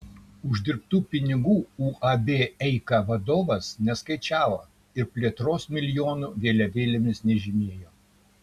uždirbtų pinigų uab eika vadovas neskaičiavo ir plėtros milijonų vėliavėlėmis nežymėjo